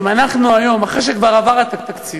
אם אנחנו היום, אחרי שכבר עבר התקציב